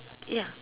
ya